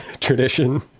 tradition